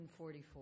144